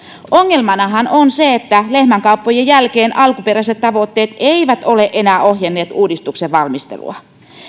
ongelmanahan on se että lehmänkauppojen jälkeen alkuperäiset tavoitteet eivät ole enää ohjanneet uudistuksen valmistelua